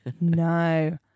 No